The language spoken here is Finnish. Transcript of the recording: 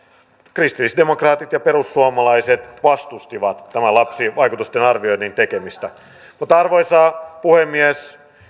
kristillisdemokraatit ja perussuomalaiset vastustivat lapsivaikutusten arvioinnin tekemistä arvoisa puhemies